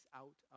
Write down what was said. out